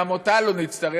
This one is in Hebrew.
גם אותה לא נצטרך,